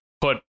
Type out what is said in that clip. put